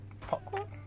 popcorn